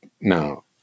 Now